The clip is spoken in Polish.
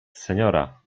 seniora